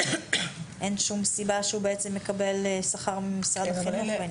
אין שום סיבה שיקבל שכר ממשרד החינוך.